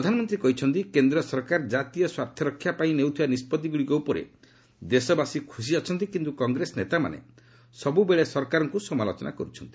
ପ୍ରଧାନମନ୍ତ୍ରୀ କହିଛନ୍ତି କେନ୍ଦ୍ର ସରକାର ଜାତୀୟ ସ୍ୱାର୍ଥରକ୍ଷା ପାଇଁ ନେଉଥିବା ନିଷ୍ପଭିଗୁଡ଼ିକ ଉପରେ ଦେଶବାସୀ ଖୁସି ଅଛନ୍ତି କିନ୍ତୁ କଂଗ୍ରେସ ନେତାମାନେ ସବୂବେଳେ ସରକାରଙ୍କୁ ସମାଲୋଚନା କରୁଛନ୍ତି